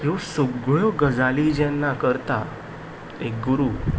ह्यो सगल्यो गजाली जेन्ना करता एक गुरू